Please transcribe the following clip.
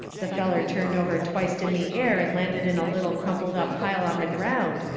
the feller turned over twicet in the air and landed in a little crumpled-up pile on the ground,